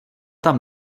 tam